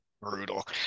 brutal